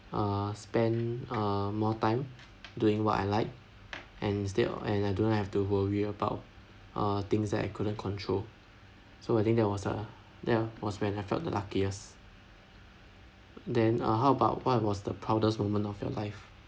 uh spend uh more time doing what I like and instead of and I don't have to worry about uh things that I couldn't control so I think there was a ya was when I felt the luckiest then uh how about what was the proudest moment of your life